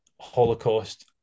Holocaust